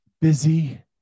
busy